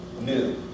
new